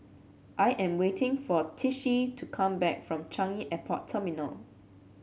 I am waiting for Tishie to come back from Changi Airport Terminal